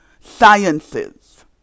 Sciences